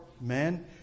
men